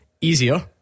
Easier